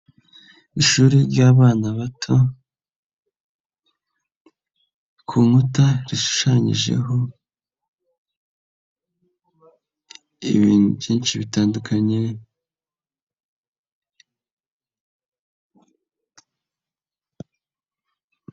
Ishuri ry'abana bato, ku nkuta rishushanyije ibintu byinshi bitandukanye.